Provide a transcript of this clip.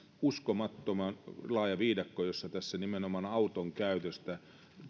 uskomattoman laaja viidakko koska tässä nimenomaan auton käytöstä